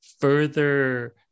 further